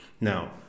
now